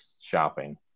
shopping